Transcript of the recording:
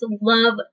love